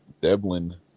Devlin